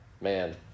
man